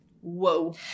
Whoa